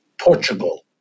Portugal